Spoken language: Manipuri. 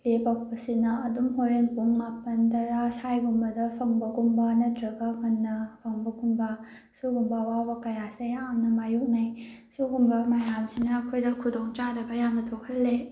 ꯂꯦꯄꯛꯄꯁꯤꯅ ꯑꯗꯨꯝ ꯍꯣꯔꯦꯜ ꯄꯨꯡ ꯃꯥꯄꯜ ꯇꯔꯥ ꯁ꯭ꯋꯥꯏꯒꯨꯝꯕꯗ ꯐꯪꯕꯒꯨꯝꯕ ꯅꯠꯇ꯭ꯔꯒ ꯉꯟꯅ ꯐꯪꯕꯒꯨꯝꯕ ꯁꯤꯒꯨꯝꯕ ꯑꯋꯥꯕ ꯀꯌꯥꯁꯦ ꯌꯥꯝꯅ ꯃꯥꯌꯣꯛꯅꯩ ꯁꯤꯒꯨꯝꯕ ꯃꯌꯥꯝꯁꯤꯅ ꯑꯩꯈꯣꯏꯗ ꯈꯨꯗꯣꯡ ꯆꯥꯗꯕ ꯌꯥꯝ ꯊꯣꯛꯍꯟꯂꯦ